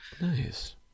Nice